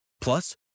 Plus